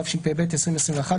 התשפ"ב-2021,